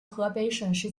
河北省